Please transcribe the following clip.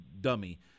dummy